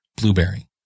Blueberry